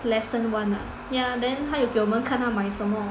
lesson one ya then 他有给我们看他买什么